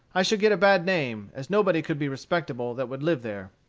i should get a bad name, as nobody could be respectable that would live there.